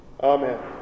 Amen